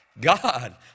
God